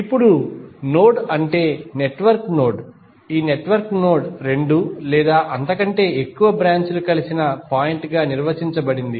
ఇప్పుడు నోడ్ అంటే network node ఈ నెట్వర్క్ నోడ్ రెండు లేదా అంతకంటే ఎక్కువ బ్రాంచ్ లు కలిసిన పాయింట్ గా నిర్వచించబడింది